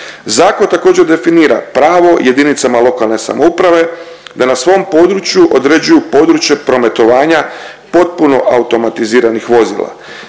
Zakon također definira pravo jedinicama lokalne samouprave da na svom području određuju područje prometovanja potpuno automatiziranih vozila.